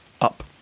up